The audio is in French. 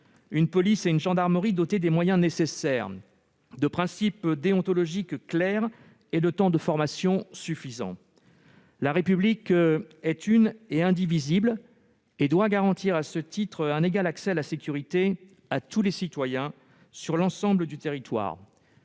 une police et une gendarmerie dotées des moyens nécessaires, de principes déontologiques clairs et de temps de formation suffisants. La République est une et indivisible. À ce titre, elle doit garantir un égal accès à la sécurité à tous les citoyens sur l'ensemble du territoire.